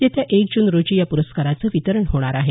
येत्या एक जून रोजी या प्रस्काराचं वितरण होणार आहे